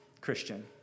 Christian